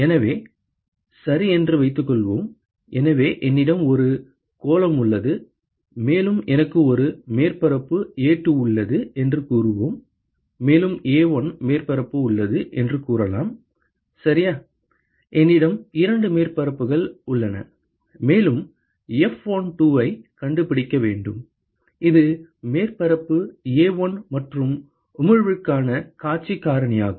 எனவே சரி என்று வைத்துக்கொள்வோம் எனவே என்னிடம் ஒரு கோளம் உள்ளது மேலும் எனக்கு ஒரு மேற்பரப்பு A2 உள்ளது என்று கூறுவோம் மேலும் A1 மேற்பரப்பு உள்ளது என்று கூறலாம் சரியா என்னிடம் இரண்டு மேற்பரப்புகள் உள்ளன மேலும் F12 ஐக் கண்டுபிடிக்க வேண்டும் இது மேற்பரப்பு A1 மற்றும் உமிழ்வுக்கான காட்சி காரணியாகும்